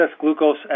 glucose